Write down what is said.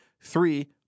three